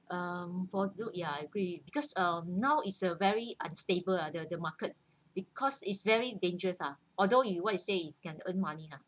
um for you ya I agree because uh now it's a very unstable ah the the market because it's very dangerous ah although you say you can earn money lah